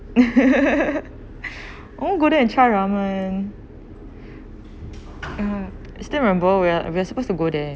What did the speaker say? I wanna go there are try ramen ya still remember we're we're supposed to go there